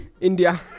India